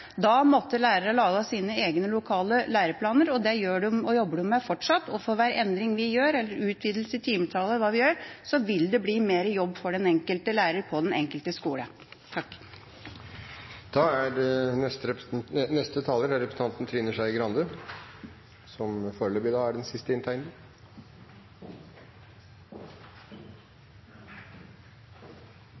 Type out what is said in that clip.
Da måtte lærerne lage sine egne lokale læreplaner. Det gjør de og jobber de med fortsatt, og for hver endring vi gjør – utvidelse i timetallet, eller hva vi gjør – vil det bli mer jobb for den enkelte lærer på den enkelte skole.